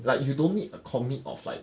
and you don't need a commit of like